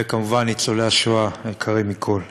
וכמובן ניצולי השואה היקרים מכול,